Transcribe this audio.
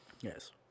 Yes